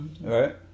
Right